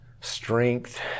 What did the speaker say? strength